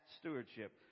stewardship